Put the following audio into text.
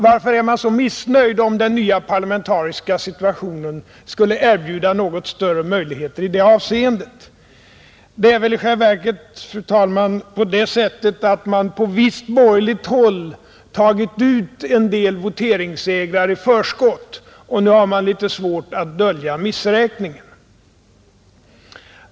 Varför är man så missnöjd om den nya parlamentariska situationen skulle erbjuda något större möjligheter i avseendet? I själva verket, fru talman, har man väl på visst borgerligt håll tagit ut en del voteringssegrar i förskott, och nu har man litet svårt att dölja missräkningen.